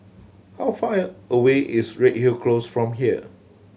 how far away is Redhill Close from here